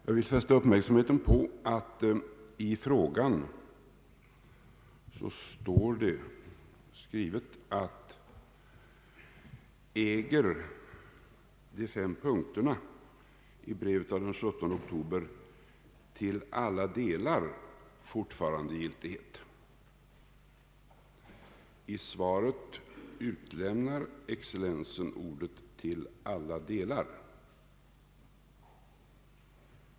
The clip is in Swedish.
Jag vill fästa uppmärksamheten på att jag i interpellationen har frågat om de fem punkterna i brevet av den 17 oktober till alla delar fortfarande äger giltighet. I svaret utelämnar excellensen orden »till alla delar».